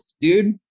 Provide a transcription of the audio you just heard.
dude